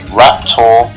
raptor